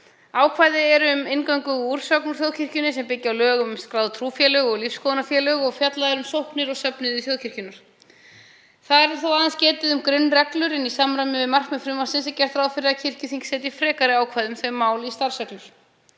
Ákvæði eru um inngöngu og úrsögn úr þjóðkirkjunni sem byggja á lögum um skráð trúfélög og lífsskoðunarfélög og fjallað er um sóknir og söfnuði þjóðkirkjunnar. Þar er þó aðeins getið um grunnreglur en í samræmi við markmið frumvarpsins er gert ráð fyrir að kirkjuþing setji frekari ákvæði um þau mál í starfsreglur.